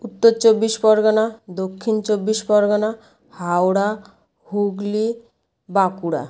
Uttar Chabbish Pargana Dakshin Chabbish Pargana Howrah Hooghly Bankura